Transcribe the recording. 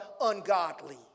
ungodly